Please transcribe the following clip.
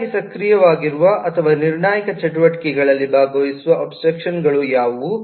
ಹೆಚ್ಚಾಗಿ ಸಕ್ರಿಯವಾಗಿರುವ ಅಥವಾ ನಿರ್ಣಾಯಕ ಚಟುವಟಿಕೆಗಳಲ್ಲಿ ಭಾಗವಹಿಸುವ ಅಬ್ಸ್ಟ್ರಾಕ್ಷನ್ಗಳು ಯಾವುವು